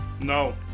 No